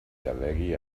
delegui